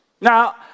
Now